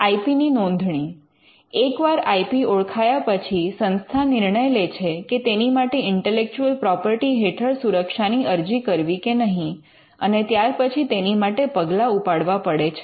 I P ની નોંધણી એકવાર આઇ પી ઓળખાયા પછી સંસ્થા નિર્ણય લે છે કે તેની માટે ઇન્ટેલેક્ચુઅલ પ્રોપર્ટી હેઠળ સુરક્ષાની અરજી કરવી કે નહીં અને ત્યાર પછી તેની માટે પગલાં ઉપાડવા પડે છે